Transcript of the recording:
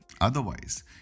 otherwise